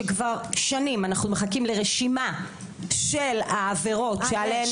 שכבר שנים אנחנו מחכים לרשימה של העבירות שעליהן